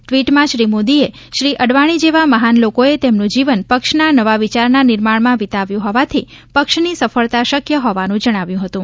ટ્વીટમાં શ્રી મોદીએ શ્રી અડવાણી જેવા મહાન લોકોએ તેમનું જીવન પક્ષના નવા વિચારના નિર્માણમાં વિતાવ્યું હોવાથી પક્ષની સફળતા શક્ય હોવાનું જણાવ્યું હતું